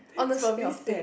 on the scale of ten